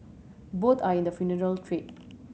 both are in the funeral trade